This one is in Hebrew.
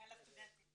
מינהל הסטודנטים.